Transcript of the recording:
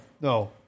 no